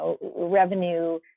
revenue